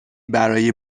برای